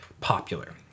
popular